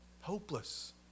hopeless